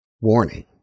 Warning